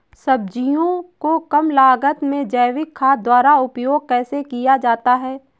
सब्जियों को कम लागत में जैविक खाद द्वारा उपयोग कैसे किया जाता है?